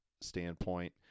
standpoint